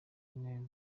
neza